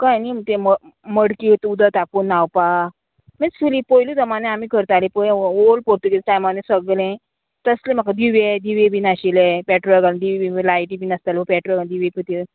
कळ्ळें न्ही तें मड मडकी उदक तोपोवन न्हांवपा तशें पयलु जमान्यान आमी करतालीं पय ओल्ड पोर्तुगीज टायमान सगलें तसलें म्हाका दिवे दिवे बीन आशिल्लें पेट्रोल घालून दिवे लायटी बीन आसतालें पेट्रोल दिवे पय त्यो